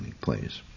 please